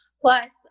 Plus